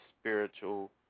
spiritual